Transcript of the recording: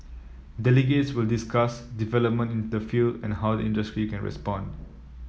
delegates will discuss development in the field and how the industry can respond